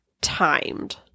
timed